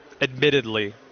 admittedly